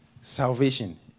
salvation